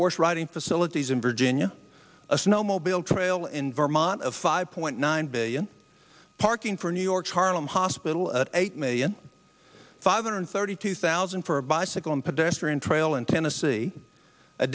horse riding facilities in virginia a snowmobile trail in vermont of five point nine billion parking for new york's harlem hospital eight million five hundred thirty two thousand for a bicycle and pedestrian trail in tennessee a